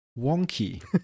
wonky